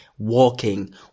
walking